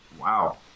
Wow